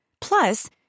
Plus